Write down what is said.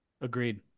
Agreed